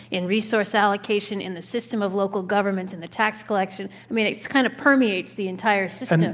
in resource allocation, in the system of local government and the tax collection. i mean, it kind of permeates the entire system.